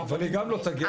אבל היא גם לא תגיע ליעד.